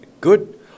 Good